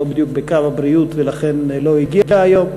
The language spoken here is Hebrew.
היא לא בדיוק בקו הבריאות ולכן לא הגיעה היום,